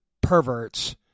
perverts